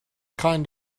kind